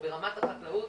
ברמת החקלאות,